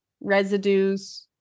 residues